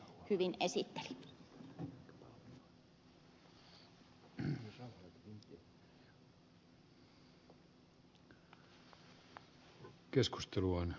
rauhala hyvin esitteli